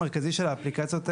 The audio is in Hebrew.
שהם מתחרים שלהן,